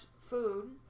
food